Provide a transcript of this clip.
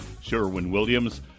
Sherwin-Williams